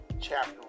chapter